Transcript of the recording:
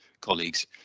colleagues